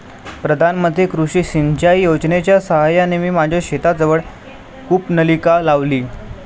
प्रधानमंत्री कृषी सिंचाई योजनेच्या साहाय्याने मी माझ्या शेताजवळ कूपनलिका लावली